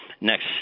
next